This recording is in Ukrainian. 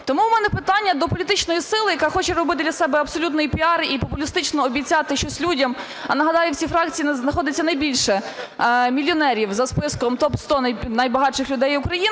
Тому в мене питання до політичної сили, яка хоче робити для себе абсолютний піар і популістично обіцяти щось людям, а нагадаю, в цій фракції знаходиться найбільше мільйонерів за списком "топ-100 найбагатших людей України",